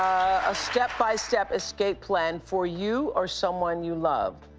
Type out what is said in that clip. a step-by-step escape plan for you or someone you love.